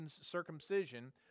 circumcision